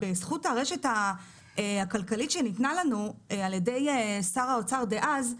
בזכות הרשת הכלכלית שניתנה לנו על ידי שר האוצר דאז,